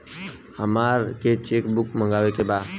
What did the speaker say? हमारा के cheque book मगावे के बा?